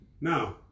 Now